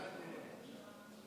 הצבעתי בעד,